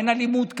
אין אלימות כזאת.